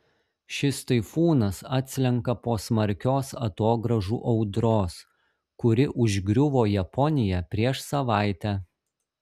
šis taifūnas atslenka po smarkios atogrąžų audros kuri užgriuvo japoniją prieš savaitę